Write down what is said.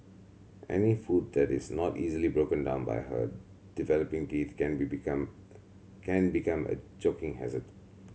any food that is not easily broken down by her developing teeth can be become can become a choking hazard